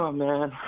ah man,